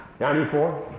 94